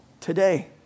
today